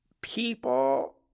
people